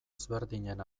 ezberdinen